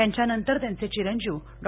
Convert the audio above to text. त्यांच्या नंतर त्यांचे चिरंजीव डॉ